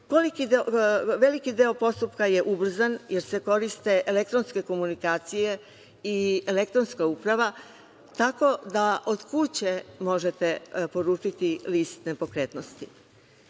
Veliki deo postupka je ubrzan, jer se koriste elektronske komunikacije i elektronska uprava, tako da od kuće možete poručiti list nepokretnosti. Zakon